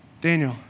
Daniel